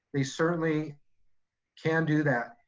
they certainly can do that.